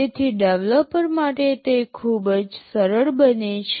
તેથી ડેવલપર માટે તે ખૂબ જ સરળ બને છે